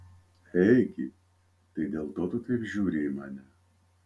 egi tai dėl to tu taip žiūri į mane